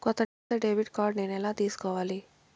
కొత్త debit card నేను ఎలా తీసుకోవాలి?